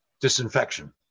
disinfection